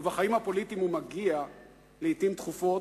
ובחיים הפוליטיים הוא מגיע לעתים תכופות,